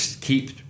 keep